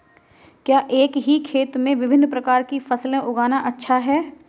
क्या एक ही खेत में विभिन्न प्रकार की फसलें उगाना अच्छा है?